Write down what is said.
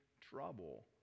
trouble